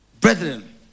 Brethren